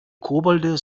kobolde